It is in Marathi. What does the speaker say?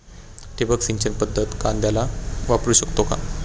ठिबक सिंचन पद्धत कांद्याला वापरू शकते का?